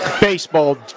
baseball